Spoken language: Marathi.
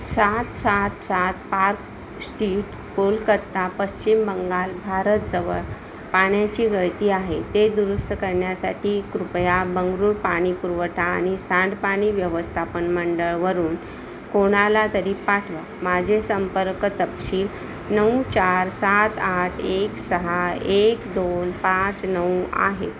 सात सात सात पार्क स्टीट कोलकता पश्चिम बंगाल भारतजवळ पाण्याची गळती आहे ते दुरुस्त करण्यासाठी कृपया बंगळूर पाणीपुरवठा आणि सांडपाणी व्यवस्थापन मंडळवरून कोणाला तरी पाठवा माझे संपर्क तपशील नऊ चार सात आठ एक सहा एक दोन पाच नऊ आहे